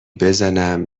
بزنم